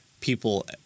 people